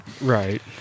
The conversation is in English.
right